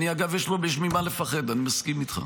אגב, אני יש ממה לפחד, אני מסכים איתך.